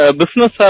business